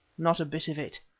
not a bit of it.